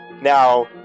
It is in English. now